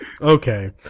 Okay